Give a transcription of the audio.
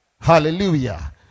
hallelujah